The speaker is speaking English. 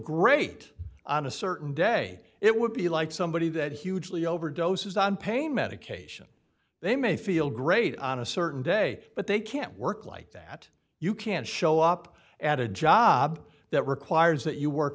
great on a certain day it would be like somebody that hugely overdoses on pain medication they may feel great on a certain day but they can't work like that you can't show up at a job that requires that you work